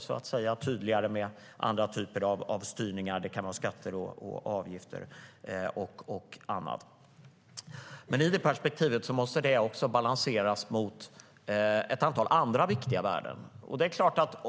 Det kan handla om skatter, avgifter och annat. Men detta måste också balanseras mot ett antal andra viktiga värden.